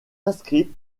inscrites